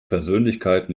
persönlichkeit